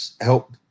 help